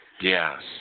Yes